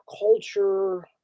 culture